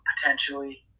potentially